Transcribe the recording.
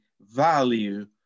value